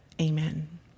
Amen